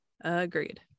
agreed